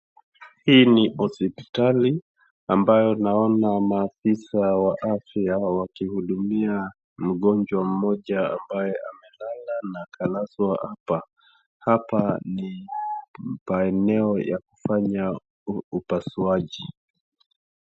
Hii ni hospitali amabayo naona maafisa wa afya wakihudumia mgonjwa mmoja ambaye amelala na akalazwa ,hapa ni eneo ya kufanya upasuaji.